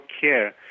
care